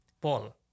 Paul